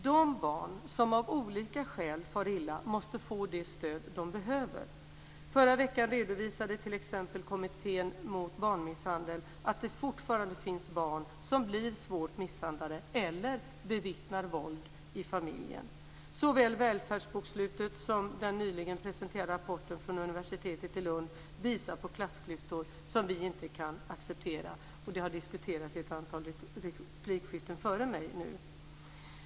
De barn som av olika skäl far illa måste få det stöd de behöver. I förra veckan redovisade t.ex. kommittén mot barnmisshandel att det fortfarande finns barn som blir svårt misshandlade eller som bevittnar våld i familjen. Såväl Välfärdsbokslutet som den nyligen presenterade rapporten från universitet i Lund visar på klassklyftor som vi inte kan acceptera. Det har diskuterats i ett antal replikskiften före mig här.